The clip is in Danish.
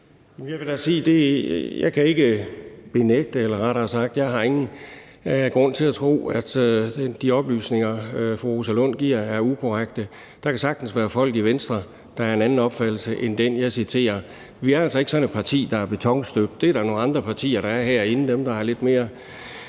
Jeg vil da sige, at jeg ikke kan benægte, eller at jeg rettere sagt ingen grund har til at tro, at de oplysninger, fru Rosa Lund giver, er ukorrekte. Der kan sagtens være folk i Venstre, der er af en anden opfattelse end den, jeg citerer. Vi er altså ikke sådan et parti, der er betonstøbt. Det er der nogle andre partier herinde der er, dem, der har lidt mere